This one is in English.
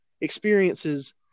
experiences